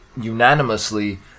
unanimously